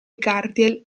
gardiel